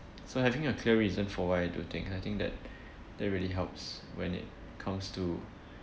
so having a clear reason for why I do thing I think that that really helps when it comes to